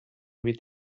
with